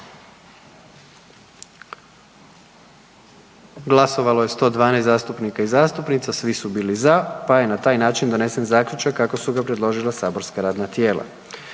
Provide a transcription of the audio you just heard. glasovalo 111 zastupnika i zastupnica, 78 za, 33 suzdržana i na taj način je donesen zaključak kako ga je predložilo matično radno tijelo.